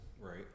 Right